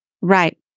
right